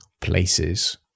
places